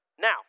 Now